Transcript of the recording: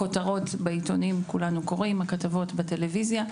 כולנו קוראים את הכותרות בעיתונים ואת הכתבות בטלוויזיה.